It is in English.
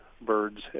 birds